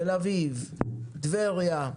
תל-אביב, טבריה,